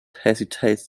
hesitates